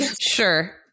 Sure